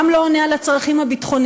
גם לא עונה על הצרכים הביטחוניים,